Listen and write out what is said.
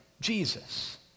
Jesus